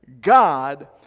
God